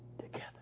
together